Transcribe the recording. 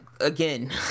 again